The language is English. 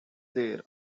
there